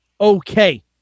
Okay